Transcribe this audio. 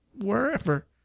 wherever